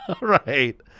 right